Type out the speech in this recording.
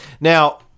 Now